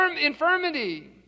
infirmity